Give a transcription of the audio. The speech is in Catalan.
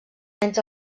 entre